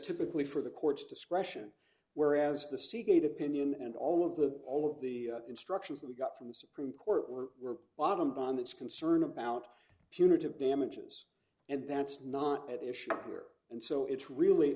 typically for the courts discretion whereas the seagate opinion and all of the all of the instructions we got from the supreme court were were bottomed on this concern about punitive damages and that's not at issue here and so it's really